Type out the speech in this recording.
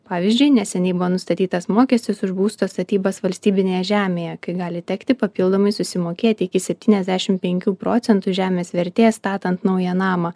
pavyzdžiui neseniai buvo nustatytas mokestis už būsto statybas valstybinėje žemėje kai gali tekti papildomai susimokėti iki septyniasdiašim penkių procentų žemės vertės statant naują namą